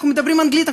אנחנו מדברים אנגלית,